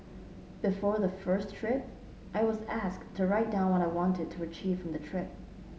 before the first trip I was asked to write down what I wanted to achieve from the trip